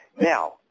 Now